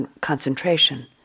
concentration